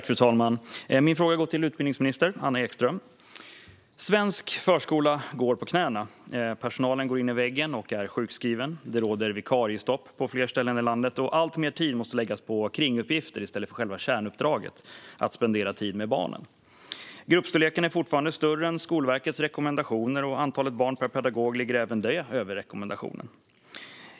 Fru talman! Min fråga är till utbildningsminister Anna Ekström. Svensk förskola går på knäna. Personalen går in i väggen och är sjukskriven. Det råder vikariestopp på flera ställen i landet, och alltmer tid måste läggas på kringuppgifter i stället för på själva kärnuppdraget: att spendera tid med barnen. Gruppstorleken är fortfarande större än Skolverkets rekommendationer. Antalet barn per pedagog ligger även det över rekommendationen.